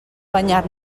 banyar